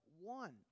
one